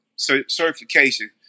Certification